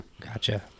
Gotcha